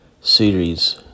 series